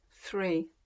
three